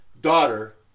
daughter